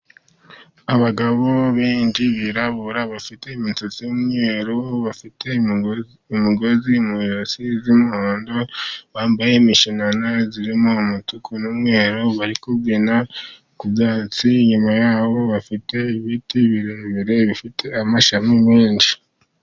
Abagabo benshi birabura bafite imisatsi y'umweru, bafite imigozi mu Ijosi y'umuhondo, bambaye imishanana irimo umutuku n'umweru, bari kubyina ku byatsi, inyuma ya bo bafite ibiti birebire, bifite amashami menshi.